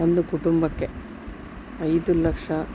ಒಂದು ಕುಟುಂಬಕ್ಕೆ ಐದು ಲಕ್ಷ